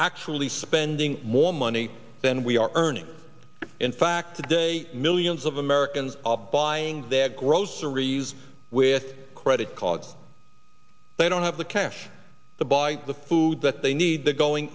actually spending more money than we are learning in fact today millions of americans are buying their groceries with credit cards they don't have the cash to buy the food that they need the going